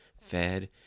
fed